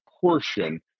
portion